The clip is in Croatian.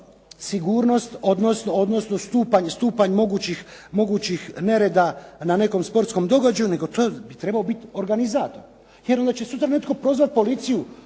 sigurnost, odnosno stupanj mogućih nereda na nekom sportskom događaju, nego to bi trebao biti organizator jer onda će sutra netko prozvati policiju.